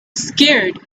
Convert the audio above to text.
scared